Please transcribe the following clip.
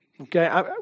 Okay